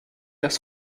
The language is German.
das